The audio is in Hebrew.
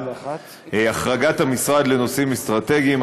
החרגת המשרד לנושאים אסטרטגיים,